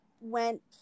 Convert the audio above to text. went